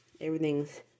everything's